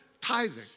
tithing